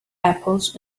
apples